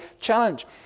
challenge